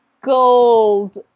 gold